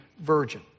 virgin